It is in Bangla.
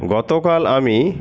গতকাল আমি